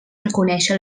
reconèixer